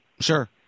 Sure